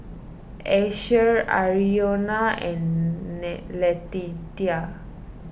Asher Arizona and Letitia